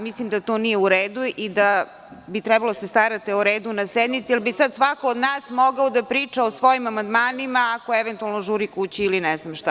Mislim da to nije u redu i da bi trebalo da se starate o redu na sednici jer bi sada svako od nas mogao da priča o svojim amandmanima ako eventualno žuri kući ili ne znam šta.